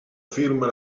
firma